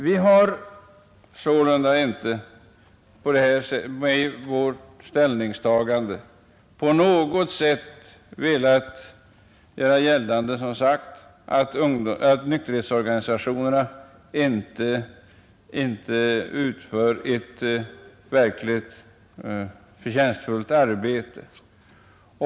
Vi har sålunda med vårt ställningstagande inte på något sätt velat göra gällande att nykterhetsorganisationerna inte uträttar ett verkligt förtjänstfullt arbete.